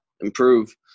improve